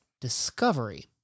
Discovery